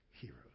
heroes